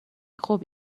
خوب